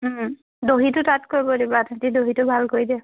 দহিটো তাত কৰিব দিবা সিহঁতি দহিটো ভাল কৰি দিয়ে